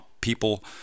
people